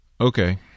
Okay